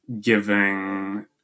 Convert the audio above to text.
giving